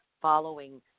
following